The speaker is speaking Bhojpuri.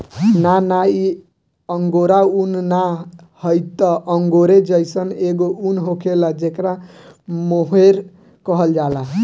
ना ना इ अंगोरा उन ना ह इ त अंगोरे जइसन एगो उन होखेला जेकरा मोहेर कहल जाला